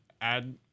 add